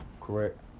correct